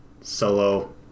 solo